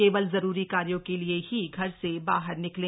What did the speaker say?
केवल जरूरी कार्यों के लिए ही घर से बाहर निकलें